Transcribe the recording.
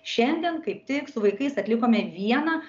šiandien kaip tik su vaikais atlikome vieną